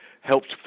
helped